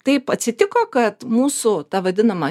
taip atsitiko kad mūsų ta vadinama